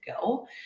go